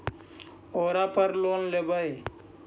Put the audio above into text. ओरापर लोन लेवै?